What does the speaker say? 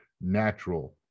natural